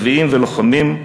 נביאים ולוחמים,